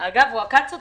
אגב, ינון עקץ אותי.